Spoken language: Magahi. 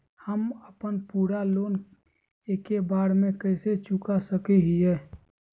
हम अपन पूरा लोन एके बार में कैसे चुका सकई हियई?